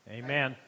amen